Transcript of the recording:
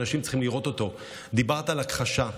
ואנשים צריכים לראות אותו: דיברת על הכחשה,